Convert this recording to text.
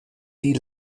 die